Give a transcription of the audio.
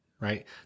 right